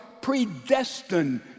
predestined